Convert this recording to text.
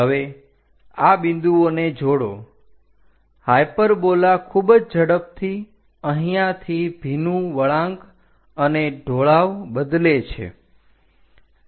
હવે આ બિંદુઓને જોડો હાઇપરબોલા ખૂબ જ ઝડપથી અહીંયાથી ભીનુ વળાંક અને ઢોળાવ બદલે છે